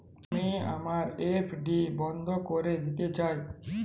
আমি আমার এফ.ডি বন্ধ করে দিতে চাই